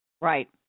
Right